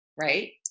right